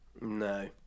No